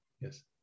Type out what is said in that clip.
yes